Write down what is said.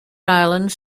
islands